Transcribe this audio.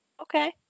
Okay